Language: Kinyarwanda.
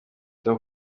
tom